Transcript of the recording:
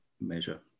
measure